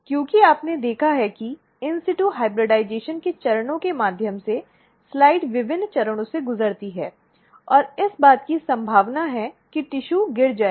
क्योंकि आपने देखा है कि in situ hybridization के चरणों के माध्यम से स्लाइड विभिन्न चरणों से गुजरती हैं और इस बात की संभावना है कि ऊतक गिर जाएगा